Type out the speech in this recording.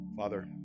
Father